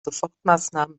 sofortmaßnahmen